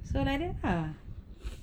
so like that ah